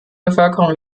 bevölkerung